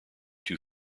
too